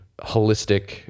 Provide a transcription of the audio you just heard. holistic